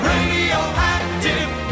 Radioactive